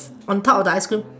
on top of the ice cream